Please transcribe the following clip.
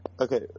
Okay